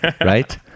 right